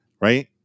right